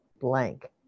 blank